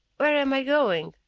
where am i going?